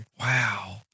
Wow